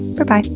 berbye.